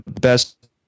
best